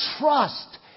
trust